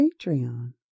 Patreon